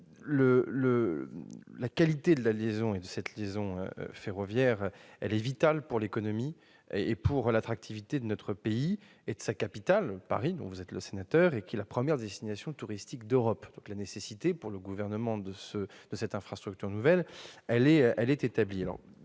La qualité de cette liaison ferroviaire est vitale pour l'économie et pour l'attractivité de notre pays et de sa capitale, Paris, dont vous êtes sénateur et qui est la première destination touristique d'Europe. La nécessité de cette infrastructure nouvelle est donc établie